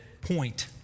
point